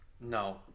No